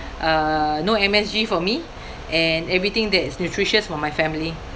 uh no M_S_G for me and everything that's nutritious for my family